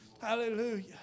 Hallelujah